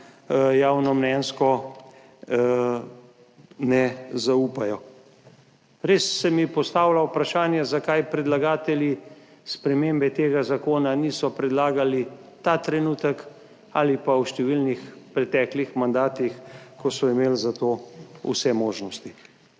javnomnenjsko ne zaupajo? Res se mi postavlja vprašanje, zakaj predlagatelji spremembe tega zakona niso predlagali ta trenutek ali pa v številnih preteklih mandatih, ko so imeli za to vse možnosti.